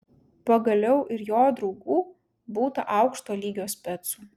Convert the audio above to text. pagaliau ir jo draugų būta aukšto lygio specų